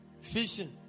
Fishing